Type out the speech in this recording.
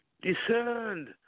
discerned